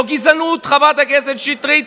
זאת לא גזענות, חברת הכנסת שטרית?